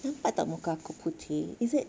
nampak tak muka aku putih is it